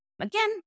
Again